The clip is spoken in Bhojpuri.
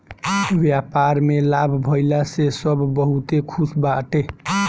व्यापार में लाभ भइला से सब बहुते खुश बाटे